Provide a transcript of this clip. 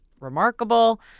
remarkable